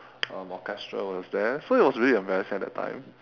um orchestra was there so it was really embarrassing at that time